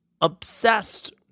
obsessed